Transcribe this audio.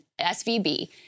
SVB